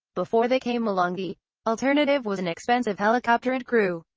before they came along the alternative was an expensive helicopter and crew.